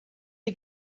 chi